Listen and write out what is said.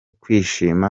kwishima